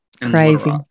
crazy